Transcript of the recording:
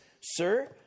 sir